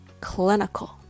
clinical